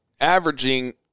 averaging